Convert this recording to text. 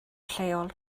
lleol